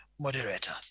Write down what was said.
moderator